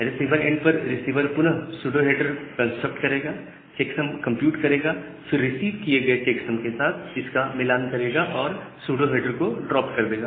receiver end पर receiver पुनः pseudo header construct करेगा चेक्सम कंप्यूट करेगा फिर रिसीव किए गए चेक्सम के साथ इसका मिलान करेगा और सूडो हेडर को ड्रॉप कर देगा